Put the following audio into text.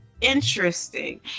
interesting